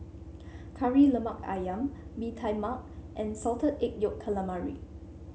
Kari Lemak ayam Bee Tai Mak and Salted Egg Yolk Calamari